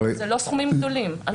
זה לא סכומים גדולים.